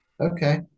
okay